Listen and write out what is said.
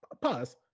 pause